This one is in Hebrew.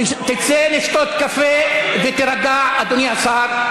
תצא לשתות קפה ותירגע, אדוני השר.